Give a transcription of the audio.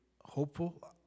hopeful